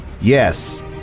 Yes